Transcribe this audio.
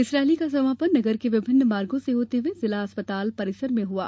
इस रैली का समापन नगर के विभिन्न मार्गो से होते हुए जिला चिकित्सालय परिसर में हुआ